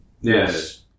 Yes